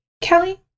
Kelly